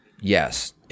Yes